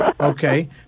Okay